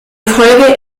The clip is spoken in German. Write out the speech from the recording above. folge